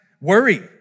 worry